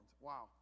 Wow